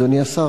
אדוני השר,